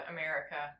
America